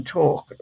talk